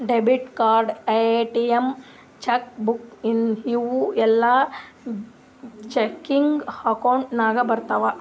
debit card, ATM, cheque book ಇವೂ ಎಲ್ಲಾ checking account ನಾಗ್ ಬರ್ತಾವ್